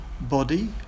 body